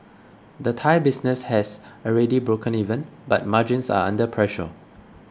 the Thai business has already broken even but margins are under pressure